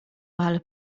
ale